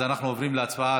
אז אנחנו עוברים להצבעה.